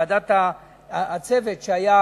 הצוות שהיה,